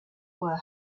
were